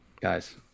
Guys